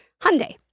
Hyundai